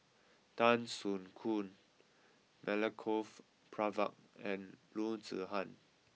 Tan Soo Khoon Milenko Prvacki and Loo Zihan